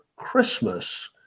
christmas